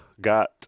got